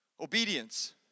Obedience